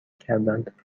کردند